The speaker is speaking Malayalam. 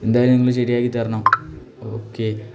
എന്തായാലും നിങ്ങൾ ശരിയാക്കിത്തരണം ഓക്കെ